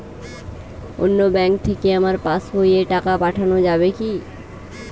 অন্য ব্যাঙ্ক থেকে আমার পাশবইয়ে টাকা পাঠানো যাবে কি?